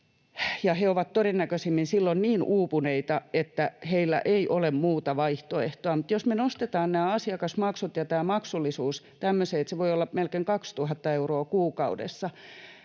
he ovat todennäköisimmin silloin niin uupuneita, että heillä ei ole muuta vaihtoehtoa, mutta jos me nostetaan asiakasmaksut ja maksullisuus tämmöiseen, että se voi olla melkein 2 000 euroa kuukaudessa,